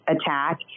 attack